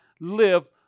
live